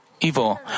evil